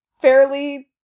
fairly